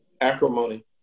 acrimony